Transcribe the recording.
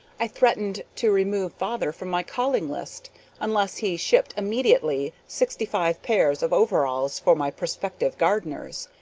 i threatened to remove father from my calling list unless he shipped immediately sixty-five pairs of overalls for my prospective gardeners.